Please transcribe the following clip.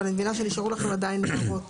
אבל אני מבינה שנשארו לכם עדיין הערות.